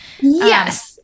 Yes